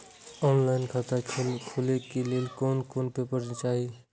Online खाता खोले के लेल कोन कोन पेपर चाही?